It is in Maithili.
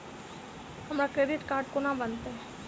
हमरा क्रेडिट कार्ड कोना बनतै?